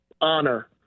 honor –